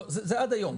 לא, זה עד היום.